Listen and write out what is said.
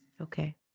Okay